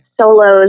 solos